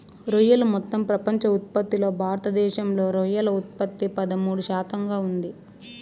రొయ్యలు మొత్తం ప్రపంచ ఉత్పత్తిలో భారతదేశంలో రొయ్యల ఉత్పత్తి పదమూడు శాతంగా ఉంది